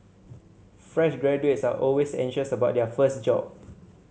fresh graduates are always anxious about their first job